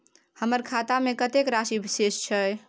हमर खाता में कतेक राशि शेस छै?